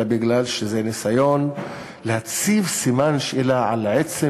אלא מפני שזה ניסיון להציב סימן שאלה על עצם